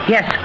Yes